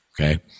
okay